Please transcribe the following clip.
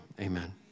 Amen